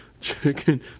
chicken